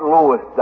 Louis